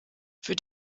für